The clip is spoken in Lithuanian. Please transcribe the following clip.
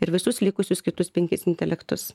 ir visus likusius kitus penkis intelektus